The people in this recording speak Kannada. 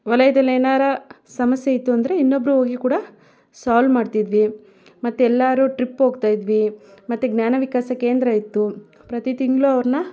ವಲಯದಲ್ಲಿ ಏನಾದ್ರು ಸಮಸ್ಯೆ ಇತ್ತು ಅಂದರೆ ಇನ್ನೊಬ್ರು ಹೋಗಿ ಕೂಡ ಸಾಲ್ವ್ ಮಾಡ್ತಿದ್ವಿ ಮತ್ತೆಲ್ಲರೂ ಟ್ರಿಪ್ ಹೋಗ್ತಾಯಿದ್ವಿ ಮತ್ತೆ ಜ್ಞಾನ ವಿಕಾಸ ಕೇಂದ್ರ ಇತ್ತು ಪ್ರತಿ ತಿಂಗಳು ಅವ್ರನ್ನ